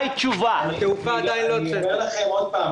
אני אומר לכם עוד פעם,